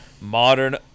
modern